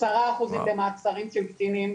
עשרה אחוזים במעצרים של קטינים,